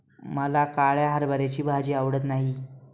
मला काळ्या हरभऱ्याची भाजी आवडत नाही